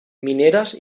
mineres